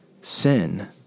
sin